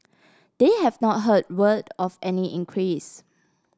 they have not heard word of any increase